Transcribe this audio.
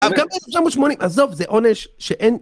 אבל גם ב-1980, עזוב, זה עונש שאין...